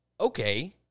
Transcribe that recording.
okay